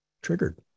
triggered